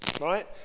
right